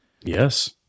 Yes